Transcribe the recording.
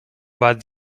but